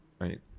Right